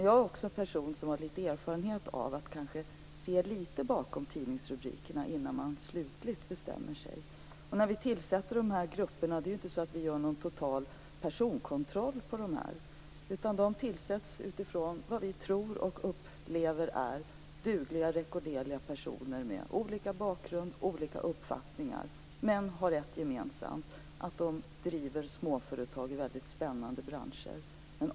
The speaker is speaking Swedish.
Jag är också en person som har erfarenhet av att se lite bakom tidningsrubrikerna innan jag slutligt bestämmer mig. När dessa grupper tillsätts gör vi ju inte någon total personkontroll. Grupperna tillsätts av vad vi tror är dugliga och rekorderliga personer med olika bakgrund och olika uppfattningar. Men de har ett gemensamt, och det är att de driver småföretag i väldigt spännande branscher.